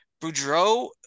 Boudreaux